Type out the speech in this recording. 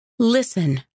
Listen